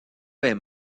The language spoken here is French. vingts